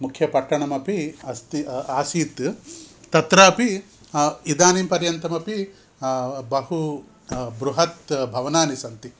मुख्यपट्टणमपि अस्ति आसीत् तत्रापि इदानींपर्यन्तमपि बहु बृहद्भवनानि सन्ति